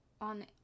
on